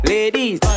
Ladies